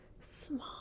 small